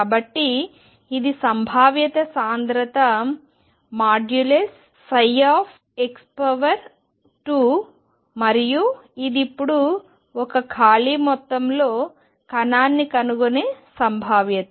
కాబట్టి ఇది సంభావ్యత సాంద్రత ψ2 మరియు ఇది ఇప్పుడు ఒక ఖాళీ మొత్తంలో కణాన్ని కనుగొనే సంభావ్యత